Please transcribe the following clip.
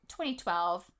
2012